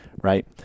Right